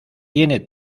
tiene